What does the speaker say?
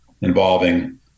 involving